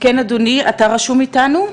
כן אדוני, אתה רשום איתנו?